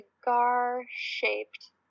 cigar-shaped